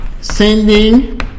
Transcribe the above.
sending